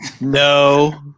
No